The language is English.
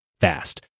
fast